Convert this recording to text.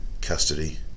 custody